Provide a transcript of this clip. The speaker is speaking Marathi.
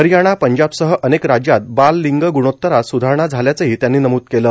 हरियाणा पंजाबसह अनेक राज्यात बाल लिंग ग्णोत्तरात सुधारणा झाल्याचंही त्यांनी नमुद केलं